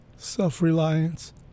self-reliance